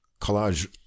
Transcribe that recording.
Collage